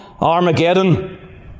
Armageddon